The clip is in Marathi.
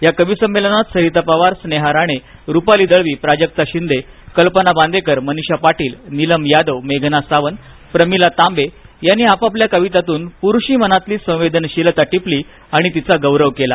या कवी संमेलनात सरिता पवार स्नेहा राणे रुपाली दळवी प्राजक्ता शिंदे कल्पना बांदेकर मनीषा पाटील नीलम यादव मेघना सावंत प्रमिला तांबे यांनी आपापल्या कवितांतून पुरुष मनातली संवेदनशीलता टिपली तिचा गौरव केला